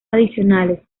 adicionales